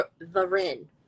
Varin